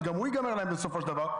שגם הוא ייגמר להן בסופו של דבר.